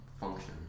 function